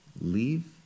Leave